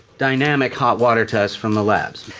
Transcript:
dynamic hot water test from the labs.